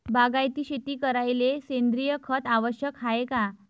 बागायती शेती करायले सेंद्रिय खत आवश्यक हाये का?